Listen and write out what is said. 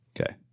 Okay